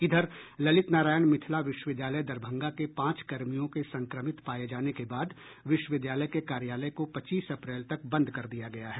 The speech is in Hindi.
इधर ललित नारायण मिथिला विश्वविद्यालय दरभंगा के पांच कर्मियों के संक्रमित पाये जाने के बाद विश्वविद्यालय के कार्यालय को पच्चीस अप्रैल तक बंद कर दिया गया है